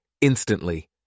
instantly